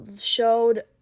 showed